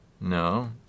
No